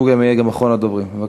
שהוא גם אחרון הדוברים, בבקשה.